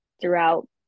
throughout